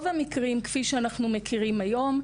ברוב המקרים כפי שאנחנו מכירים היום,